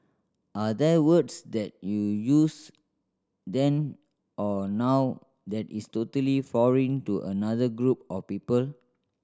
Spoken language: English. are there words that you use then or now that is totally foreign to another group of people